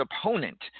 opponent